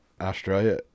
Australia